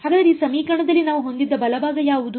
ಹಾಗಾದರೆ ಈ ಸಮೀಕರಣದಲ್ಲಿ ನಾವು ಹೊಂದಿದ್ದ ಬಲಭಾಗ ಯಾವುದು